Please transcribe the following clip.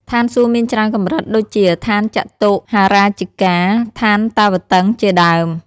ឋានសួគ៌មានច្រើនកម្រិត ដូចជា ឋានចាតុម្មហារាជិកា ឋានតាវត្តិង្ស ជាដើម។